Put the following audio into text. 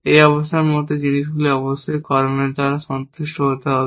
এই অবস্থার মতো জিনিসগুলি অবশ্যই কর্মের দ্বারা সন্তুষ্ট হতে হবে